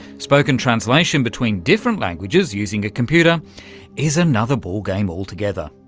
spoken translation between different languages using a computer is another ball game altogether.